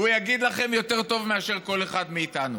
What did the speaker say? הוא יגיד לכם יותר טוב מאשר כל אחד מאיתנו.